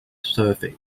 survey